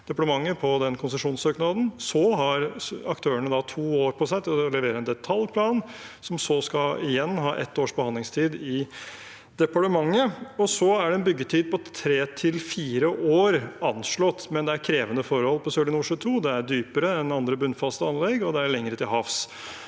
på den konsesjonssøknaden. Så har aktørene to år på seg til å levere en detaljplan, som igjen skal ha ett års behandlingstid i departementet. Det er så anslått en byggetid på tre til fire år, men det er krevende forhold på Sørlige Nordsjø II, det er dypere enn ved andre bunnfaste anlegg, og det er lengre til havs.